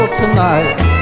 tonight